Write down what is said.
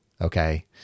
Okay